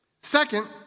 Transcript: Second